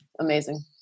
amazing